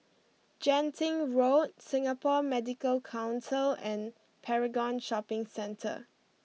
Genting Road Singapore Medical Council and Paragon Shopping Centre